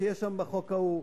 שיש שם בחוק ההוא,